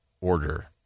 Order